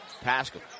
Pascal